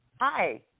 Hi